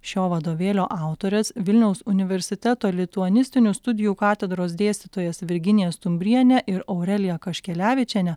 šio vadovėlio autorės vilniaus universiteto lituanistinių studijų katedros dėstytojas virginiją stumbrienę ir aureliją kaškelevičienę